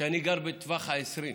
ואני גר בטווח ה-20.